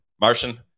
Martian